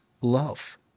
love